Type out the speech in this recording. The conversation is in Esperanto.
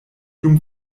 dum